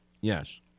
Yes